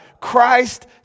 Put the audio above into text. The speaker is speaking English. Christ